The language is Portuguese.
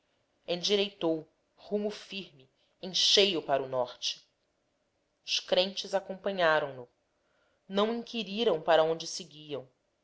endireitou rumo firme em cheio para o norte os crentes acompanharam-no não inquiriram para onde seguiam